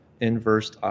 inverse